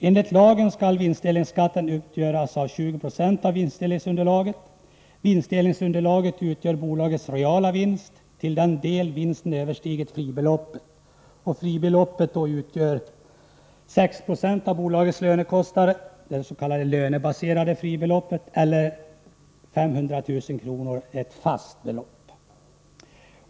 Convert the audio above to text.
Enligt lagen skall vinstdelningsskatten utgöras av 2096 av vinstdelningsunderlaget, det underlaget utgör bolagets reala vinst till den del som vinsten överstiger fribeloppet, och fribeloppet utgör 6 26 av bolagets lönekostnader, det lönebaserade fribeloppet, eller 500 000 kr., ett fast belopp.